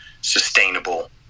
sustainable